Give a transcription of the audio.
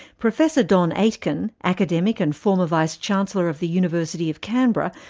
professor don aitkin, academic and former vice-chancellor of the university of canberra,